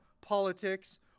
politics